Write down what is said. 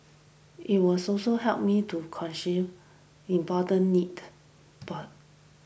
it was also helped me to important need born